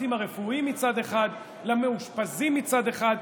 לצוותים הרפואיים מצד אחד, למאושפזים מצד אחד.